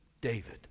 david